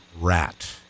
rat